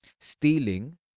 Stealing